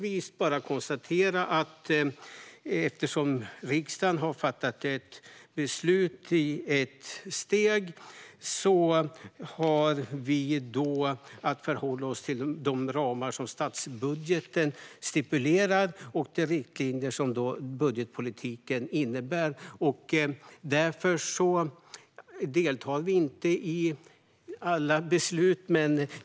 Låt mig konstatera att eftersom riksdagen har fattat ett beslut i ett steg har vi att förhålla oss till de ramar som statsbudgeten stipulerar och de riktlinjer som budgetpolitiken innebär. Därför deltar vi inte i alla beslut.